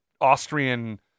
Austrian